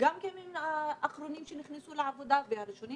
הם גם כן האחרונים שנכנסו לעבודה והראשונים